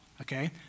okay